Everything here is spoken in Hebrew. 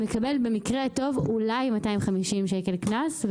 מקבל במקרה הטוב אולי 250 שקל קנס,